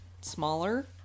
smaller